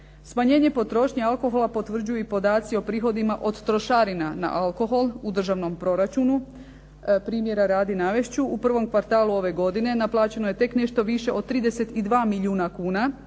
Smanjenje potrošnje alkohola potvrđuju i podaci o prihodima od trošarina na alkohol u državnom proračunu. Primjera radi navest ću u prvom kvartalu ove godine naplaćeno je tek nešto više od 32 milijuna kuna,